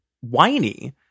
whiny